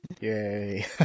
Yay